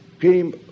came